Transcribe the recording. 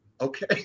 Okay